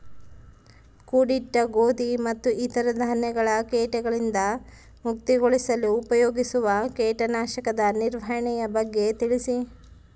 ಕೂಡಿಟ್ಟ ಗೋಧಿ ಮತ್ತು ಇತರ ಧಾನ್ಯಗಳ ಕೇಟಗಳಿಂದ ಮುಕ್ತಿಗೊಳಿಸಲು ಉಪಯೋಗಿಸುವ ಕೇಟನಾಶಕದ ನಿರ್ವಹಣೆಯ ಬಗ್ಗೆ ತಿಳಿಸಿ?